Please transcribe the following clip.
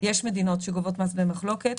יש מדינות שגובות מס במחלוקת.